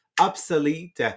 obsolete